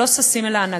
שלא ששים אל ההנהגה.